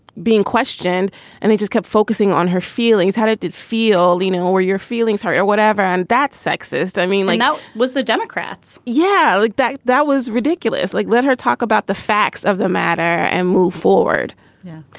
being questioned and they just kept focusing on her feelings. how did it feel? lena, what were your feelings hurt or whatever? and that's sexist. i mean, like now was the democrats. yeah, i think like that that was ridiculous. like, let her talk about the facts of the matter and move forward yeah,